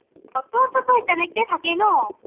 বতৰটোতো তেনেকৈ থাকে ন